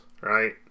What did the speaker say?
right